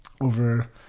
over